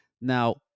Now